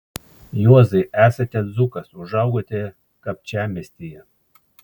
juozai esate dzūkas užaugote kapčiamiestyje